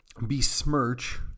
besmirch